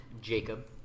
Jacob